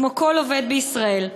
כמו כל עובד בישראל.